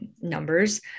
numbers